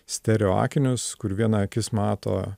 stereo akinius kur viena akis mato